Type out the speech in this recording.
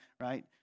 right